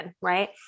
Right